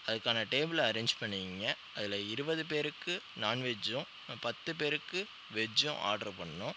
அதுக்கான டேபிளை அரேஞ் பண்ணி வைங்க அதில் இருபது பேருக்கு நான்வெஜ்ஜும் பத்து பேருக்கு வெஜ்ஜும் ஆட்ரு பண்ணணும்